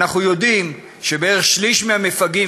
אנחנו יודעים שבערך שליש מהמפגעים